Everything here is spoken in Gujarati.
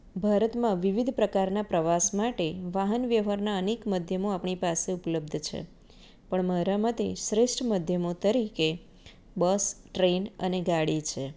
ભારતમાં વિવિધ પ્રકારના પ્રવાસ માટે વાહન વ્યવહારનાં અનેક માધ્યમો આપણી પાસે ઉપલબ્ધ છે પણ મારા મતે શ્રેષ્ઠ માધ્યમો તરીકે બસ ટ્રેન અને ગાડી છે